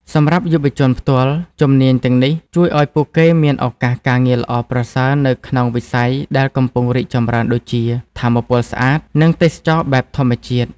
សម្រាប់យុវជនផ្ទាល់ ជំនាញទាំងនេះជួយឱ្យពួកគេមានឱកាសការងារល្អប្រសើរនៅក្នុងវិស័យដែលកំពុងរីកចម្រើនដូចជា ថាមពលស្អាត និងទេសចរណ៍បែបធម្មជាតិ។